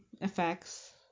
effects